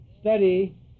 study